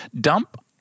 Dump